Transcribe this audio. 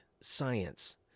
science